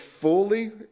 fully